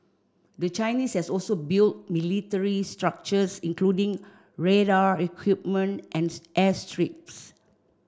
the Chinese has also built military structures including radar equipment as airstrips